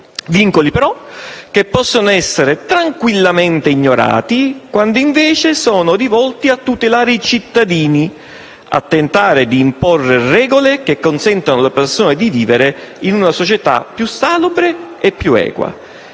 vincoli, però, possono essere tranquillamente ignorati quando invece sono rivolti a tutelare i cittadini, a tentare di imporre regole che consentano alle persone di vivere in una società più salubre e più equa.